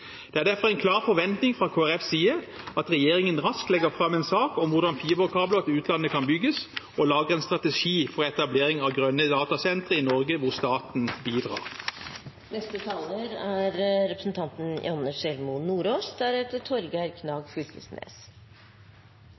Det er derfor en klar forventing fra Kristelig Folkepartis side at regjeringen raskt legger fram en sak om hvordan fiberkabler til utlandet kan bygges, og lager en strategi for etablering av grønne datasentre i Norge hvor staten